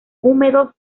húmedos